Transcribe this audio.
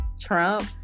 Trump